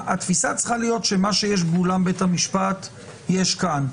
התפיסה צריכה להיות שמה שיש באולם בית המשפט יש כאן.